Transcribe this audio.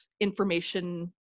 information